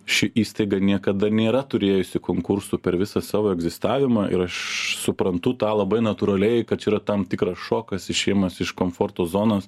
ši įstaiga niekada nėra turėjusi konkursų per visą savo egzistavimą ir aš suprantu tą labai natūraliai kad yra tam tikras šokas išėjimas iš komforto zonos